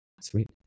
sweet